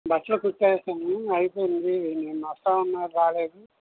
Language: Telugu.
బట్టలు కుట్టేశాము అయిపొయింది నిన్న వస్తాము అన్నారు రాలేదు